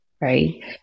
right